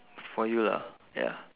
for you lah ya